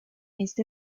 ese